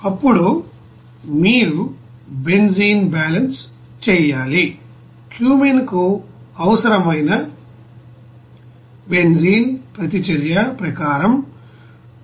అప్పుడు మీరు benzene balance చేయాలి క్యుమెన్కు అవసరమైన బెంజీన్ ప్రతిచర్య ప్రకారం 173